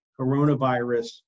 coronavirus